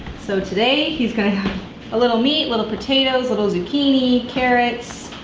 so today he's gonna have a little meat, little potatoes, little zucchini, carrots.